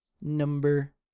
number